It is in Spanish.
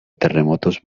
terremotos